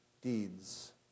deeds